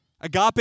Agape